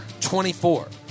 24